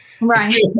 Right